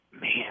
man